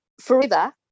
forever